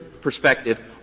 perspective